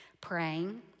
praying